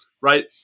right